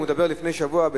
הוא דיבר לפני שבוע,